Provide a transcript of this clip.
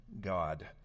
God